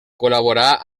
col·laborà